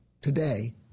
Today